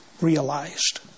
realized